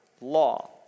law